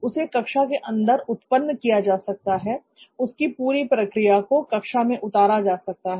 उसे कक्षा के अंदर उत्पन्न किया जा सकता है उसकी पूरी प्रक्रिया को कक्षा में उतारा जा सकता है